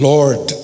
Lord